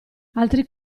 altri